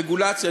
רגולציה,